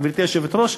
גברתי היושבת-ראש,